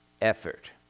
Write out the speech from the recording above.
effort